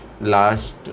last